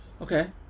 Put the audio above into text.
Okay